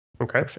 Okay